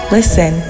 Listen